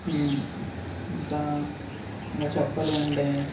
ఇంకా ఇంకా చెప్పాలి అంటే